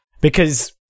because-